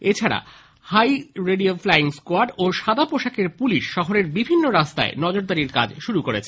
এছাড়া high radio flying squad ও সাদা পোশাকের পুলিশ শহরের বিভিন্ন রাস্তায় নজরদারীর কাজ শুরু করেছে